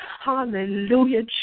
hallelujah